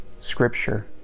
scripture